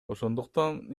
ошондуктан